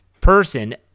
person